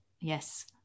yes